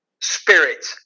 spirit